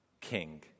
king